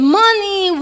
money